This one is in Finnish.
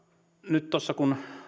nyt kun tuossa